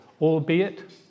albeit